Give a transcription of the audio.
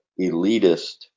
elitist